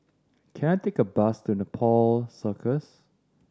can I take a bus to Nepal Circus